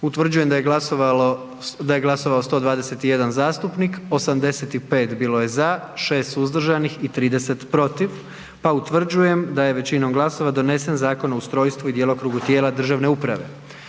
Utvrđujem da je glasovao 121 zastupnik, 85 bilo je za, 6 suzdržanih i 30 protiv pa utvrđujem da je većinom glasova donesen Zakon o ustrojstvu i djelokrugu tijela državne uprave.